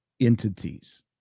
entities